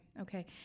okay